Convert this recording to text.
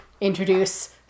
introduce